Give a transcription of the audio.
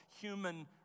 human